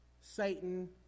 Satan